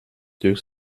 deux